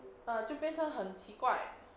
ah 就变成很奇怪